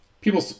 people